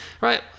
Right